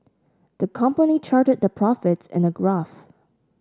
the company charted their profits in a graph